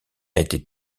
été